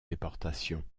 déportation